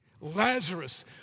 Lazarus